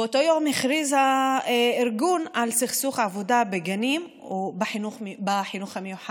באותו יום הכריז הארגון על סכסוך עבודה בגנים ובחינוך המיוחד,